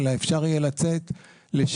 אלא אפשר יהיה לצאת לשעות,